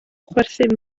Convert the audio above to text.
chwerthin